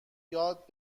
یاد